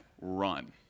run